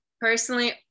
personally